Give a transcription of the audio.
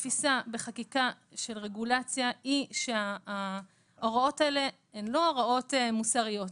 התפיסה בחקיקה של רגולציה היא שההוראות האלה הן לא הוראות מוסריות.